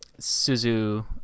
Suzu